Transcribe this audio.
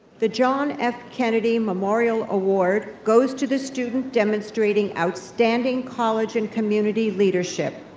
the john f. kennedy memorial award goes to the student demonstrating outstanding college and community leadership.